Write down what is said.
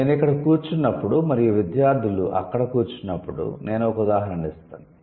నేను ఇక్కడ కూర్చున్నప్పుడు మరియు విద్యార్థులు అక్కడ కూర్చున్నప్పుడు నేను ఒక ఉదాహరణ ఇస్తాను